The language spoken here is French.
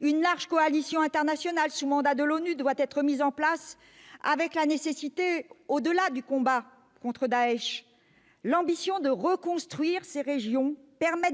Une large coalition internationale sous mandat de l'ONU doit être mise en place, avec, au-delà du combat contre Daech, l'ambition de reconstruire les régions concernées,